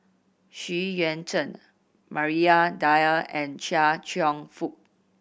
Xu Yuan Zhen Maria Dyer and Chia Cheong Fook